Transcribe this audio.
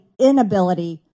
inability